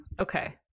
okay